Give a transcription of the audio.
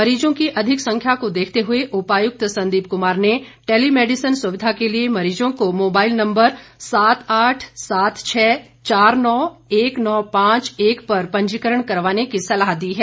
मरीजों की अधिक संख्या को देखते हुए उपायुक्त संदीप कुमार ने टैली मैडिसन सुविधा के लिए मरीजों को मोबाईल नम्बर सात आठ सात छह चार नौ एक नौ पांच एक पर पंजीकरण करवाने की सलाह दी है